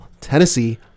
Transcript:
Tennessee